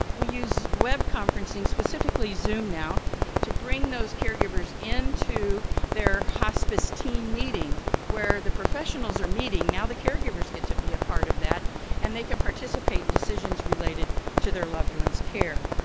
we use web conferencing, specifically zoomnow to bring those caregivers into their hospice team meeting where the professionals are meeting and the caregivers get to be a part of that and they can participate in decisions related to their loved ones' care.